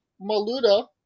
Maluda